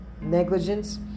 negligence